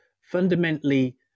fundamentally